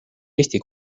eesti